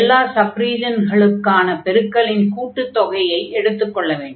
எல்லா சப் ரீஜனின்களுக்கான பெருக்கலின் கூட்டுத் தொகையை எடுத்துக் கொள்ள வேண்டும்